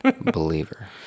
believer